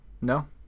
No